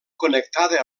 connectada